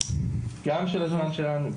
גם של הזמן שלנו,